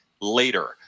later